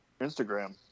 Instagram